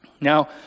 Now